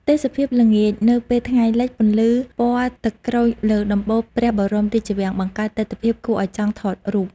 ទេសភាពល្ងាចនៅពេលថ្ងៃលិច ពន្លឺពណ៌ទឹកក្រូចលើដំបូលព្រះបរមរាជវាំង បង្កើតទិដ្ឋភាពគួរឲ្យចង់ថតរូប។